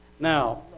Now